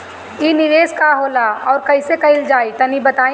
इ निवेस का होला अउर कइसे कइल जाई तनि बताईं?